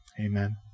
Amen